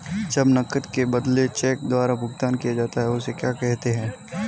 जब नकद के बदले चेक द्वारा भुगतान किया जाता हैं उसे क्या कहते है?